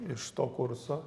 iš to kurso